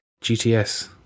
GTS